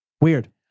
Weird